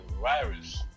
virus